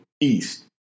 east